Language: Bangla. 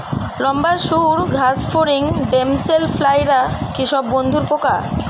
লম্বা সুড় ঘাসফড়িং ড্যামসেল ফ্লাইরা কি সব বন্ধুর পোকা?